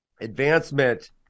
advancement